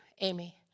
amy